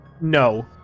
No